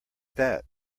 that